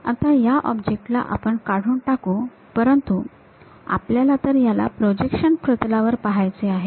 आता या ऑब्जेक्ट ला आपण काढून टाकू परंतु आपल्याला तर त्याला प्रोजेक्शन प्रतलावर पाहायचे आहे